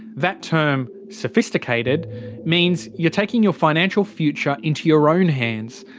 that term sophisticated means you're taking your financial future into your own hands,